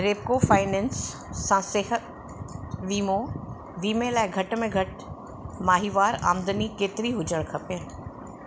Repco finance सां सिहत वीमो वीमे लाइ घटि में घटि माहवारु आमदनी केतरी हुजणु खपे